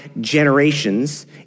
generations